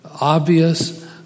obvious